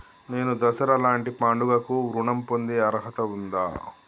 నేను దసరా లాంటి పండుగ కు ఋణం పొందే అర్హత ఉందా?